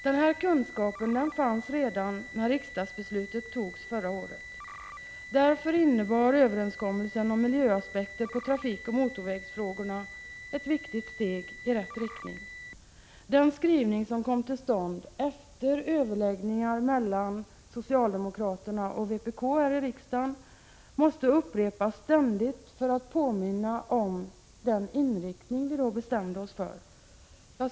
Denna kunskap fanns redan när riksdagsbeslutet fattades förra året. Därför innebar överenskommelsen om miljöaspekter på trafikoch motorvägsfrågorna ett viktigt steg i rätt riktning. Den skrivning som kom till stånd efter överläggningar mellan socialdemokraterna och vpk här i riksdagen måste upprepas ständigt för att påminna om den inriktning som vi då bestämde oss för.